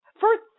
First